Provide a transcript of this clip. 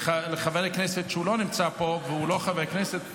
לחבר כנסת שלא נמצא פה והוא לא חבר כנסת